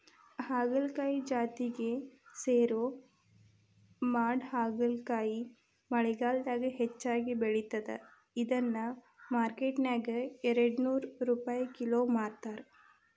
ಹಾಗಲಕಾಯಿ ಜಾತಿಗೆ ಸೇರೋ ಮಾಡಹಾಗಲಕಾಯಿ ಮಳೆಗಾಲದಾಗ ಹೆಚ್ಚಾಗಿ ಬೆಳಿತದ, ಇದನ್ನ ಮಾರ್ಕೆಟ್ನ್ಯಾಗ ಎರಡನೂರ್ ರುಪೈ ಕಿಲೋ ಮಾರ್ತಾರ